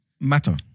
matter